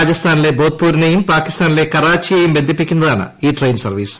രാജസ്ഥാനിലെ ബോധ്പൂരിനെയും പാകിസ്ഥാനിലെ കറാച്ചിയേയും ബന്ധിപ്പിക്കുന്നതാണ് ഈ ട്രെയിൻ സർവ്വീസ്